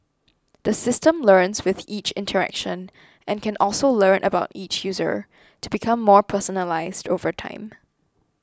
the system learns with each interaction and can also learn about each user to become more personalised over time